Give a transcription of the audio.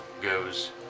goes